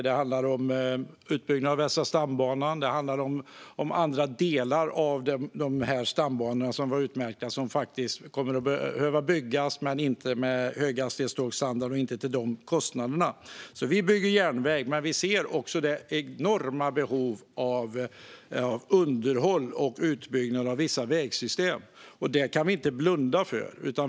Det handlar om utbyggnad av Västra stambanan och andra delar av de stambanor som är utmärkta som faktiskt kommer att behöva byggas men inte med höghastighetstågsstandard och inte till dessa kostnader. Vi bygger alltså järnväg, men vi ser också det enorma behovet av underhåll och utbyggnad av vissa vägsystem. Det kan vi inte blunda för.